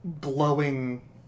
glowing